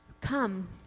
come